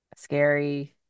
Scary